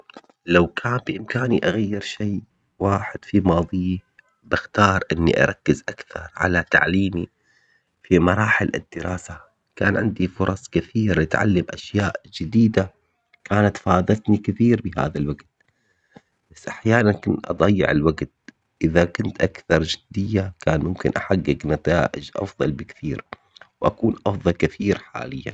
لو كان بامكاني اغير شيء واحد في ماضيه بختار اني اركز اكثر على تعليمي في مراحل الدراسة. كان عندي فرص كثيرة تعلم اشياء جديدة كانت فادتني كثير بهذا الوقت. بس احيانا كنت اضيع الوقت اذا كنت كان ممكن احقق نتائج افضل بكثير. واكون افضل كثير حاليا